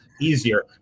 easier